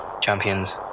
champions